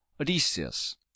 Odysseus